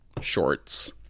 shorts